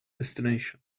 destination